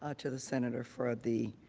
ah to the senator from the